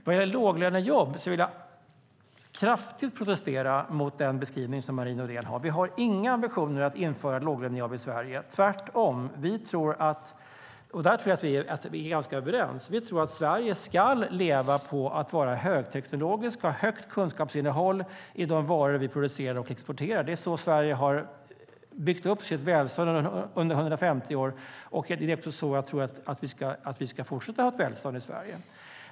Vad gäller låglönejobb vill jag kraftigt protestera mot den beskrivning som Marie Norden gör. Vi har inga ambitioner att införa låglönejobb i Sverige, tvärtom. Vi tror, och där tror jag att vi är ganska överens, att Sverige ska leva på att vara högteknologiskt och ha högt kunskapsinnehåll i de varor som vi producerar och exporterar. Det är så Sverige har byggt upp sitt välstånd under 150 år, och det är så jag tror att vi ska fortsätta att ha ett välstånd i Sverige.